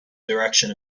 direction